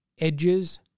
edges